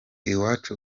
iwacu